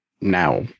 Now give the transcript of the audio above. now